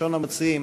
ראשון המציעים,